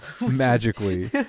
Magically